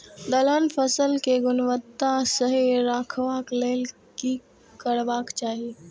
दलहन फसल केय गुणवत्ता सही रखवाक लेल की करबाक चाहि?